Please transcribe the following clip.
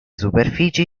superfici